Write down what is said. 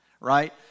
right